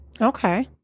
Okay